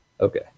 Okay